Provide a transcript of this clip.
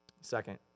second